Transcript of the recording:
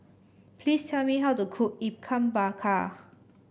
please tell me how to cook Ikan Bakar